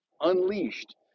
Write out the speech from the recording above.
unleashed